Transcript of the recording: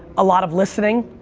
a lot of listening,